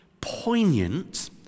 poignant